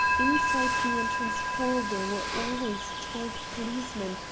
inside the entrance-hall there were always twelve policemen,